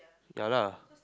ya lah